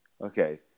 Okay